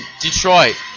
Detroit